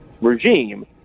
regime